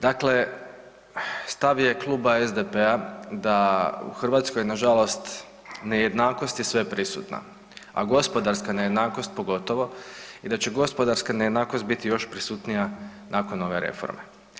Dakle, stav je Kluba SDP-a da u Hrvatskoj nažalost nejednakost je sveprisutna, a gospodarska nejednakost pogotovo i da će gospodarska nejednakost biti još prisutnija nakon ove reforme.